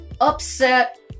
upset